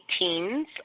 teens